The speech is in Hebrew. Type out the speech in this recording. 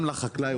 גם לחקלאי,